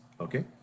okay